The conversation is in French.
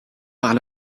par